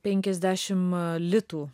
penkiasdešim litų